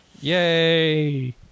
Yay